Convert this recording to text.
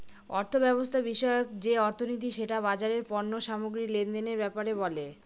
অর্থব্যবস্থা বিষয়ক যে অর্থনীতি সেটা বাজারের পণ্য সামগ্রী লেনদেনের ব্যাপারে বলে